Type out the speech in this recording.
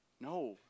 No